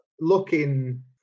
looking